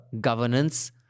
governance